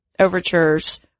overtures